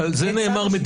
כצעד לשוויון.